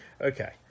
okay